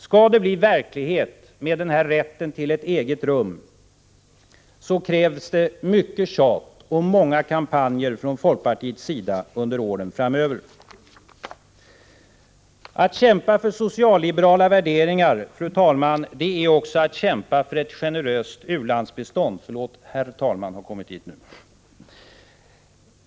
Skall det bli verklighet med rätten till ett eget rum krävs det mycket tjat och många kampanjer från folkpartiets sida under åren framöver. Att kämpa för socialliberala värderingar, herr talman, är också att kämpa för ett generöst u-landsbistånd.